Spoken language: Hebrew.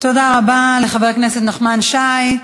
תודה רבה לחבר הכנסת נחמן שי.